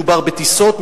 מדובר בטיסות,